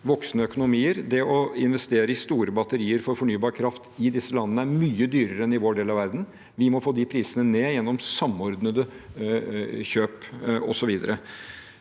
voksende økonomier, er det å investere i store batterier for fornybar kraft i disse landene mye dyrere enn i vår del av verden. Vi må få de prisene ned gjennom samordnede kjøp osv.